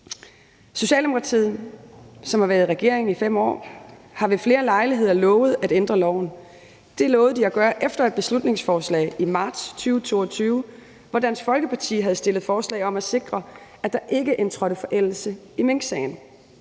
Socialdemokratiet, som har været i regering i 5 år, har ved flere lejligheder lovet at ændre loven. Det lovede de at gøre efter et beslutningsforslag i marts 2022, hvor Dansk Folkeparti havde fremsat forslag om at sikre, at der ikke indtrådte forældelse i minksagen.